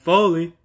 Foley